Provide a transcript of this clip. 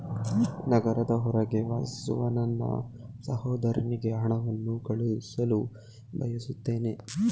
ನಗರದ ಹೊರಗೆ ವಾಸಿಸುವ ನನ್ನ ಸಹೋದರನಿಗೆ ಹಣವನ್ನು ಕಳುಹಿಸಲು ಬಯಸುತ್ತೇನೆ